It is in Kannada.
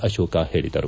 ಆಶೋಕ ಹೇಳಿದರು